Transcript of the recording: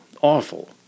awful